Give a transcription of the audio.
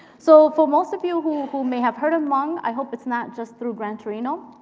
so for most of you who who may have heard of hmong, i hope it's not just through gran torino.